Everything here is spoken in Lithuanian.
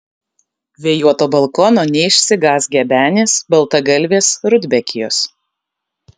vėjuoto balkono neišsigąs gebenės baltagalvės rudbekijos